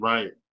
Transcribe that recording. Right